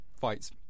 Fight's